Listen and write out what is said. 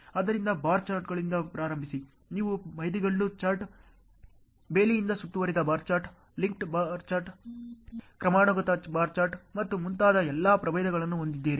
ಆದ್ದರಿಂದ ಬಾರ್ ಚಾರ್ಟ್ಗಳಿಂದ ಪ್ರಾರಂಭಿಸಿ ನೀವು ಮೈಲಿಗಲ್ಲು ಚಾರ್ಟ್ ಬೇಲಿಯಿಂದ ಸುತ್ತುವರಿದ bar chart linked bar chart ಕ್ರಮಾನುಗತ ಬಾರ್ ಚಾರ್ಟ್ ಮತ್ತು ಮುಂತಾದ ಎಲ್ಲಾ ಪ್ರಭೇದಗಳನ್ನು ಹೊಂದಿದ್ದೀರಿ